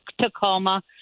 Tacoma